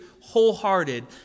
Wholehearted